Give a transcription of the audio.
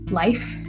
life